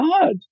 God